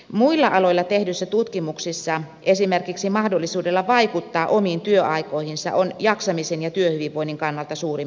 muilla aloilla tehdyissä tutkimuksissa esimerkiksi mahdollisuudella vaikuttaa omiin työaikoihinsa on jaksamisen ja työhyvinvoinnin kannalta suuri merkitys